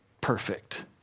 perfect